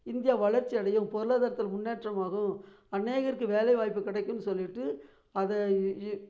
India வளர்ச்சி அடையும் பொருளாதாரத்தில் முன்னேற்றமாகும் வேலை வாய்ப்பு கிடைக்குதுன்னு சொல்லிட்டு அதை